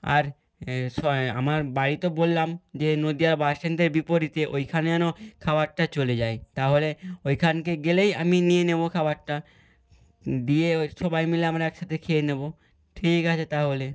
আর শয়ে আমার বাড়ি তো বললাম যে নদীয়া বাসস্ট্যান্ডের বিপরীতে ওইখানে যেন খাবারটা চলে যায় তাহলে ওইখানে গেলেই আমি নিয়ে নেবো খাবারটা দিয়ে ওই সবাই মিলে আমরা একসাথে খেয়ে নেবো ঠিক আছে তাহলে